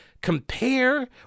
compare